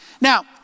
Now